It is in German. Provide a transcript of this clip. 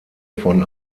von